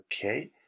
okay